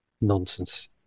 Nonsense